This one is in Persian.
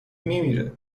میمیره